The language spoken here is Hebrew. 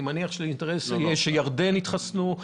אני מניח שיש אינטרס שבירדן יתחסנו,